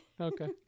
Okay